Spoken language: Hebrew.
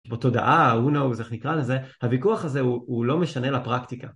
בתודעה ה who knows איך נקרא לזה, הוויכוח הזה הוא לא משנה לפרקטיקה.